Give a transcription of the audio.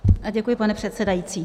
Děkuji, pane předsedající.